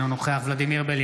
אינו נוכח ולדימיר